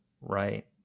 Right